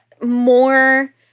more